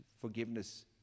forgiveness